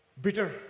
bitter